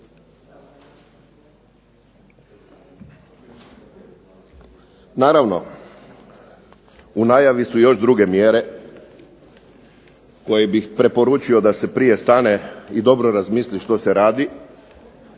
Naravno, u najavi su još druge mjere, koje bih preporučio da se prije stane i dobro razmisli što se radi,